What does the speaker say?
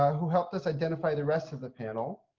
who helped us identify the rest of the panel.